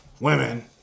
women